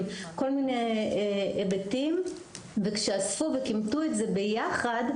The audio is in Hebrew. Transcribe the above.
ועוד כל מיני היבטים וכשאספו וכמתו את זה ביחד,